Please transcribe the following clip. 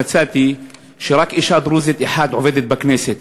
מצאתי כי רק אישה דרוזית אחת עובדת בכנסת.